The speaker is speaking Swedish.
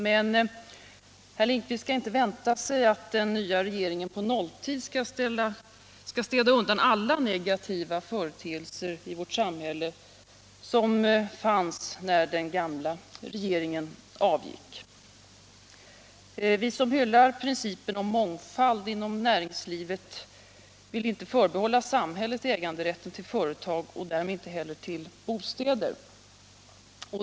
Men herr Lindkvist skall inte vänta sig att den nya regeringen på nolltid skall städa undan alla negativa företeelser i vårt samhälle som fanns när den gamla regeringen avgick. Vi som hyllar principen om mångfald inom näringslivet vill inte förbehålla samhället äganderätten till företag och därmed inte heller till bostäder.